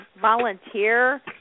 volunteer